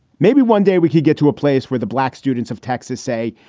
maybe one day we could get to a place where the black students of texas say,